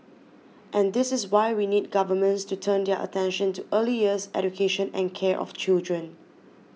and this is why we need governments to turn their attention to early years education and care of children